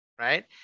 right